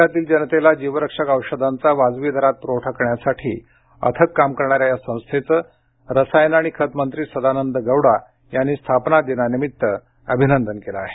देशातील जनतेला जीवरक्षक औषधांचा वाजवी दरात पुरवठा करण्यासाठी अथक काम करणाऱ्या या संस्थेचं रसायन आणि खत मंत्री सदानंद गौडा यांनी स्थापनादिनानिमित्त अभिनंदन केलं आहे